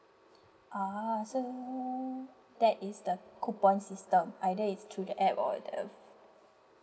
ah so that is the coupon system either it's through the app or the